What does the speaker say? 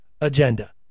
agenda